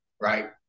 right